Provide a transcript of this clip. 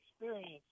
experience